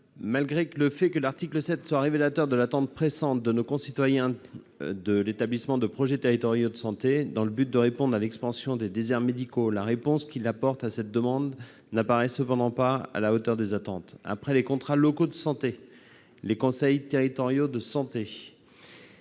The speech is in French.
Malgré le fait que l'article 7 est révélateur de l'attente pressante de nos concitoyens quant à l'établissement de projets territoriaux de santé, dans l'objectif de répondre à l'expansion des déserts médicaux, la réponse qu'il apporte ne paraît cependant pas à la hauteur des enjeux. Après les contrats locaux de santé, les conseils territoriaux de santé,